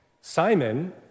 Simon